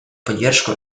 поддержку